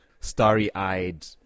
starry-eyed